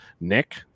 Nick